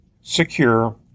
secure